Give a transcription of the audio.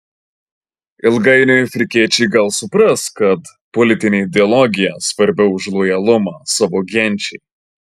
ilgainiui afrikiečiai gal supras kad politinė ideologija svarbiau už lojalumą savo genčiai